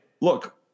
look